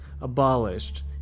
abolished